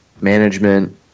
Management